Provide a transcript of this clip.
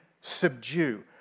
subdue